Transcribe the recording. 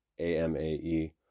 AMAE